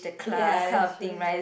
ya that's true